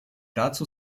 dazu